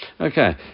Okay